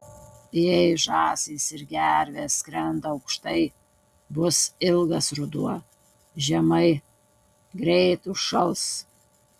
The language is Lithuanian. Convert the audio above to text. jei žąsys ir gervės skrenda aukštai bus ilgas ruduo žemai greit užšals